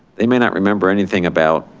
they may not remember anything about